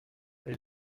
elle